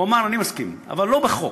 הוא אמר: אני מסכים, אבל לא בחוק.